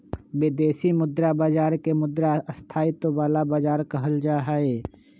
विदेशी मुद्रा बाजार के मुद्रा स्थायित्व वाला बाजार कहल जाहई